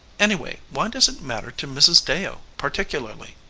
anyway, why does it matter to mrs. deyo particularly?